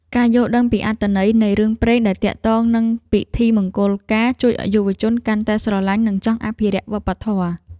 ការយល់ដឹងពីអត្ថន័យនៃរឿងព្រេងដែលទាក់ទងនឹងពិធីមង្គលការ ជួយឱ្យយុវជនកាន់តែស្រឡាញ់និងចង់អភិរក្សវប្បធម៌។